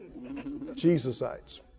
Jesusites